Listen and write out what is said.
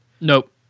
Nope